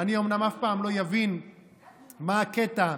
אני אומנם אף פעם לא אבין מה הקטע,